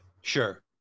Sure